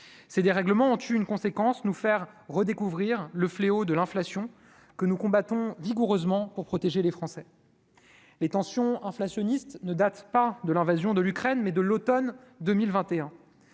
des règlements ont eu une conséquence nous faire redécouvrir le fléau de l'inflation que nous combattons vigoureusement pour protéger les Français, les tensions inflationnistes ne date pas de l'invasion de l'Ukraine, mais de l'Automne 2021